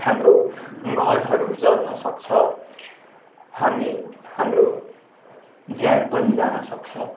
हाम्रो घरहरू जल्न सक्छ हामी हाम्रो ज्यान पनि जान सक्छ